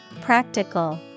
Practical